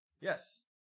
Yes